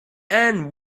and